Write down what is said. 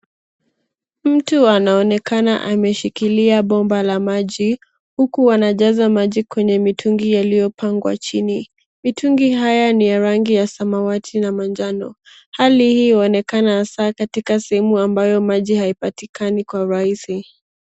Mtu anaonekana ameshikilia bomba la maji, huku wanajaza maji kwenye mitungi yaliyopangwa chini. Mitungi haya ni ya rangi ya samawati na manjano. Hali hii uonekana hasa katika sehemu ambayo maji haipatikani kwa urahisi.